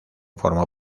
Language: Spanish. formó